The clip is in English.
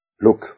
Look